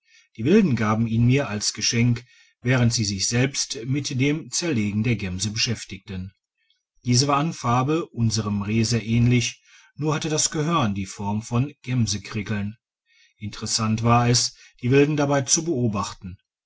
die wilden gaben ihn mir als geschenk während sie sich selbst mit dem zerlegen der gemse beschäftigten diese war an farbe unserem reh sehr ähnlich nur hatte das gehörn die form von gemskrickeln interessant war es die wilden dabei zu beobachten